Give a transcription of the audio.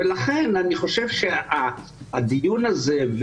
לכן אני חושב שהדיון הזה,